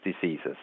diseases